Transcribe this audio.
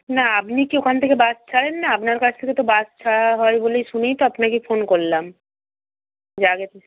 না আপনি কি ওখান থেকে বাস ছাড়েন না আপনার কাছ থেকে তো বাস ছাড়া হয় বলেই শুনেই তো আপনাকে ফোন করলাম যে আগে